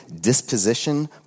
disposition